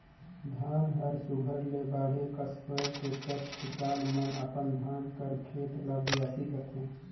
धान हर सुग्घर ले बाढ़े कस होएल तेकर किसान मन अपन धान कर खेत ल बियासी करथे